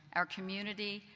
our community,